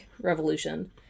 revolution